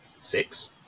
six